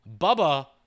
Bubba